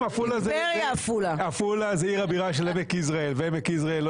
עפולה היא עיר הבירה של עמק יזרעאל ועמק יזרעאל ,